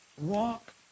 Walk